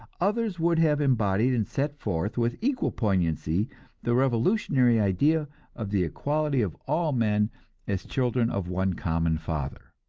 others would have embodied and set forth with equal poignancy the revolutionary idea of the equality of all men as children of one common father.